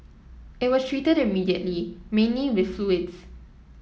it was treated immediately mainly with fluids